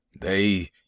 They